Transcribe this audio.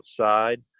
outside